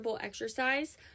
exercise